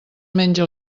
menja